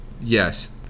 yes